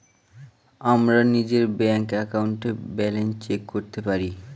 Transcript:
আমরা নিজের ব্যাঙ্ক একাউন্টে ব্যালান্স চেক করতে পারি